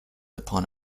upon